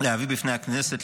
להביא בפני הכנסת,